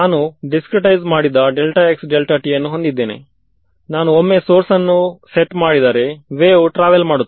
ಸರಿ ಇದೊಂದು ಹಿಂದೆ ಕೊಟ್ಟ ಅಸೈನ್ಮೆಂಟಿನ ಭಾಗವಾಗಿದೆ